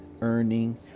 Earning